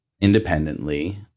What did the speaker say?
independently